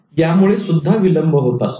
यामुळेसुद्धा विलंब होत असतो